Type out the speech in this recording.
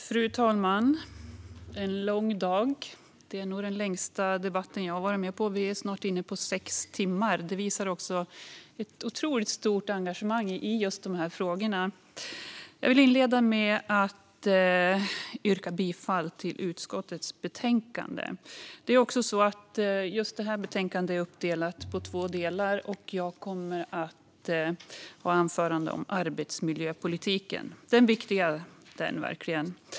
Fru talman! Det är en lång dag i kammaren. Detta är nog den längsta debatten med arbetsmarknadsutskottet som jag har varit med på; vi är snart inne på sex timmar. Det visar vilket otroligt stort engagemang det finns i just dessa frågor. Jag vill inleda med att yrka bifall till utskottets förslag. Just detta betänkande är uppdelat i två delar, och jag kommer att hålla ett anförande om arbetsmiljöpolitiken. Den är verkligen viktig.